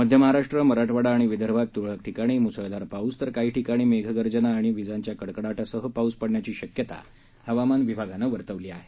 मध्य महाराष्ट्र मराठवाडा आणि विदर्भात तुरळक ठिकाणी मुसळधार पाऊस तर काही ठिकाणी मेघगर्जना आणि विजांच्या कडकडाटासह पाऊस पडण्याची शक्यता हवामान विभागानं वर्तवली आहे